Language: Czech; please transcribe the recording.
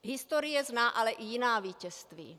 Historie zná ale i jiná vítězství.